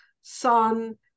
sun